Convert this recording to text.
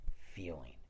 feeling